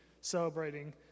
celebrating